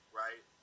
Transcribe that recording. right